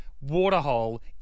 waterhole